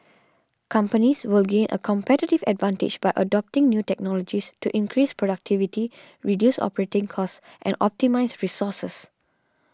companies will gain a competitive advantage by adopting new technologies to increase productivity reduce operating costs and optimise resources